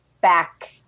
back